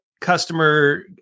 customer